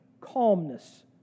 calmness